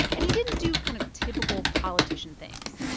and he didn't do kind of typical politician things.